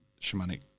shamanic